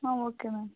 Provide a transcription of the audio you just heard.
ಹಾಂ okay ma'am